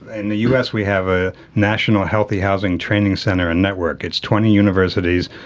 in the us we have a national healthy housing training centre and network. it's twenty universities,